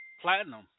platinum